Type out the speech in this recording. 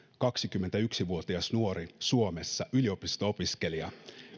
kaksikymmentäyksi vuotias nuori suomessa yliopisto opiskelija